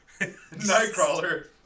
Nightcrawler